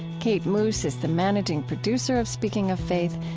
kate moos is the managing producer of speaking of faith,